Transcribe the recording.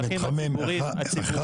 מתחמים 1,